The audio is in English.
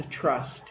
trust